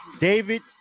David